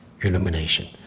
illumination